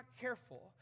careful